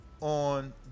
on